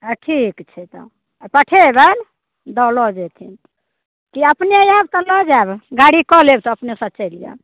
ठीक छै तऽ पठेबनि दऽ लऽ जेथिन कि अपने आयब तऽ लऽ जायब गाड़ी कऽ लेब तऽ अपनेसँ चलि आयब